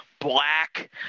black